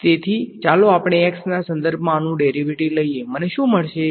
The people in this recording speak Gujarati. તેથીચાલો આપણે x ના સંદર્ભમાં આનું ડેરીવેટીવ લઈએ મને શું મળશે